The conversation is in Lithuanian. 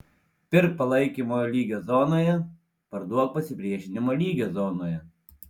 pirk palaikymo lygio zonoje parduok pasipriešinimo lygio zonoje